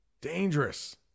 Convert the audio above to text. Dangerous